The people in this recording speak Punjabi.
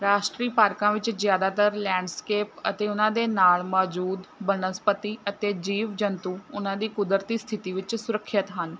ਰਾਸ਼ਟਰੀ ਪਾਰਕਾਂ ਵਿੱਚ ਜ਼ਿਆਦਾਤਰ ਲੈਂਡਸਕੇਪ ਅਤੇ ਉਹਨਾਂ ਦੇ ਨਾਲ ਮੌਜੂਦ ਬਨਸਪਤੀ ਅਤੇ ਜੀਵ ਜੰਤੂ ਉਹਨਾਂ ਦੀ ਕੁਦਰਤੀ ਸਥਿਤੀ ਵਿੱਚ ਸੁਰੱਖਿਅਤ ਹਨ